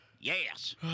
Yes